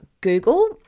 Google